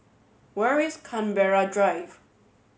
where is Canberra Drive